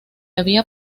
había